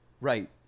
Right